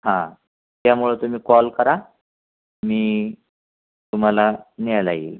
हां त्यामुळं तुम्ही कॉल करा मी तुम्हाला न्यायला येईल